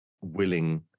willing